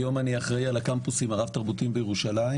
היום אני אחראי על הקמפוסים הרב-תרבותיים בירושלים